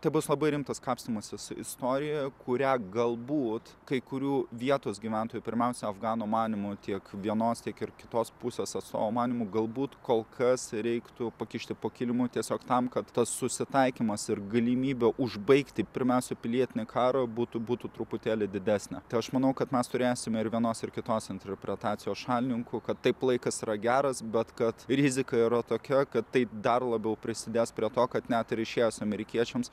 tai bus labai rimtas kapstymasis istorijoje kurią galbūt kai kurių vietos gyventojų pirmiausia afganų manymu tiek vienos tiek ir kitos pusės atstovų manymu galbūt kol kas reiktų pakišti po kilimu tiesiog tam kad tas susitaikymas ir galimybė užbaigti pirmiausia pilietinį karą būtų būtų truputėlį didesnė tai aš manau kad mes turėsime ir vienos ir kitos interpretacijos šalininkų kad taip laikas yra geras bet kad rizika yra tokia kad tai dar labiau prisidės prie to kad net ir išėjus amerikiečiams